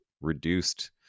reduced